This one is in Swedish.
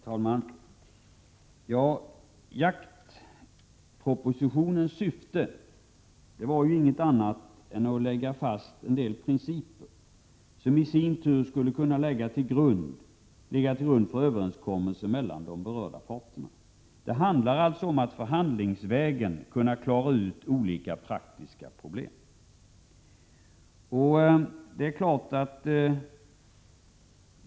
Herr talman! Jaktpropositionens syfte var inget annat än att lägga fast en del principer som i sin tur skulle kunna ligga till grund för överenskommelser mellan de berörda parterna. Det gäller alltså att förhandlingsvägen klara ut olika praktiska problem.